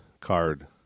card